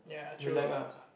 relax ah